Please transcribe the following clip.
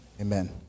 Amen